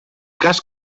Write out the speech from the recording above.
cas